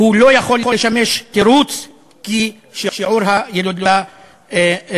זה לא יכול לשמש תירוץ כי עניין שיעור הילודה הסתיים.